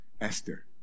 Esther